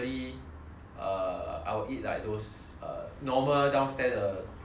err I will eat like those err normal downstairs the provision shop